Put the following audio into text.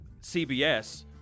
CBS –